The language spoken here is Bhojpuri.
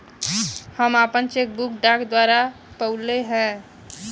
हम आपन चेक बुक डाक द्वारा पउली है